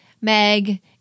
Meg